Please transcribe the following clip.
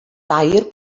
dair